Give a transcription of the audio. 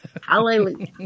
hallelujah